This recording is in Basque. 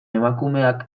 emakumeak